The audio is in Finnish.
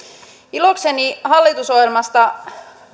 ilokseni hallitusohjelmasta